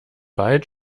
bald